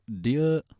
dear